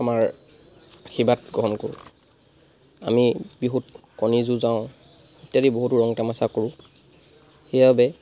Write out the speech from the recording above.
আমাৰ আশীৰ্বাদ গ্ৰহণ কৰোঁ আমি বিহুত কণী যুঁজাওঁ ইত্যাদি বহুতো ৰং তামাচা কৰোঁ সেইবাবে